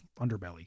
underbelly